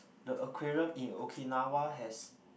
the aquarium in Okinawa has